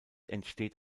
entsteht